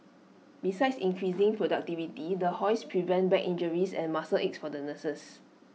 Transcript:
besides increasing productivity the hoists prevent back injuries and muscle aches for the nurses